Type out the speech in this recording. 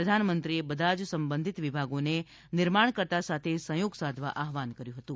પ્રધાનમંત્રીએ બધા જ સંબંધિત વિભાગોને નિર્માણકર્તા સાથે સહયોગ સાધવા આહવાન કર્યું હતું